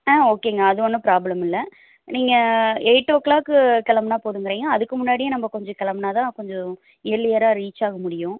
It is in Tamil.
ஆ ஓகேங்க அது ஒன்றும் ப்ராப்ளம் இல்லை நீங்கள் எயிட் ஓ கிளாக்கு கிளம்புனால் போதுங்கிறீங்க அதுக்கு முன்னாடியே நம்ம கொஞ்சம் கிளம்புனால் தான் கொஞ்சம் இயர்லியராக ரீச் ஆக முடியும்